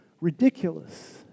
ridiculous